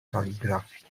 kaligrafii